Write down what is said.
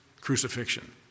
crucifixion